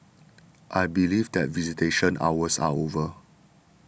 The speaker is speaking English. I believe that visitation hours are over